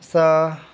असा